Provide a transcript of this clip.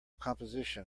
composition